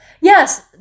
Yes